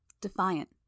Defiant